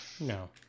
No